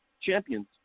champions